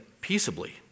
Peaceably